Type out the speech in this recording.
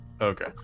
Okay